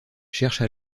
cherche